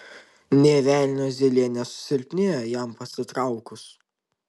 nė velnio zylė nesusilpnėjo jam pasitraukus